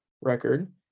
record